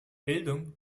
bildung